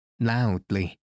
loudly